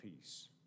peace